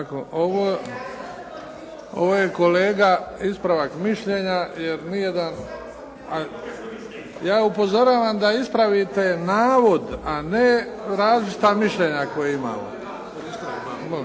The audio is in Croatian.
Ovo je kolega ispravak mišljenja jer nijedan. Ja upozoravam da ispravite navod a ne različita mišljenja koja imamo.